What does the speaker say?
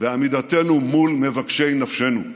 בעמידתנו מול מבקשי נפשנו.